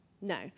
No